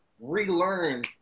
relearn